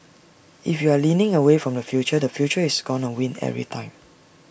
if you're leaning away from the future the future is gonna win every time